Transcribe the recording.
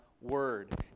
Word